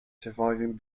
surviving